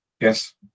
Yes